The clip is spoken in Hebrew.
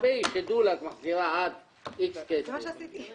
תקבעי שדולה את מחזירה עד סכום X. זה מה שעשיתי.